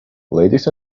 ladies